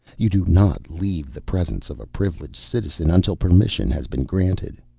you do not leave the presence of a privileged citizen until permission has been granted.